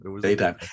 Daytime